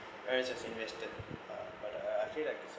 parents have invested but I feel like